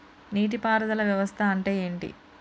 నీటి పారుదల వ్యవస్థ అంటే ఏంటి?